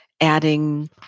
adding